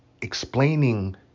Explaining